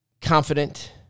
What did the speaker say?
confident